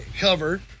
cover